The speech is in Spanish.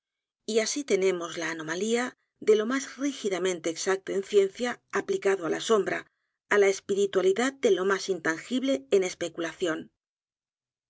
y así tenemos la anomalía de lo más rígidamente exacto en ciencia aplicado á la sombra á la espiritualidad de lo más intangible en especulación se